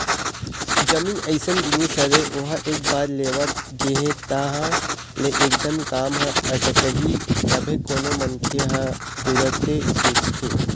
जमीन अइसन जिनिस हरे ओहा एक बार लेवा गे तहाँ ले एकदमे काम ह अटकही तभे कोनो मनखे ह तुरते बेचथे